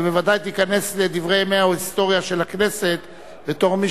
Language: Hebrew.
ובוודאי תיכנס לדברי ימי ההיסטוריה של הכנסת בתור מי